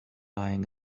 lying